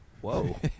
whoa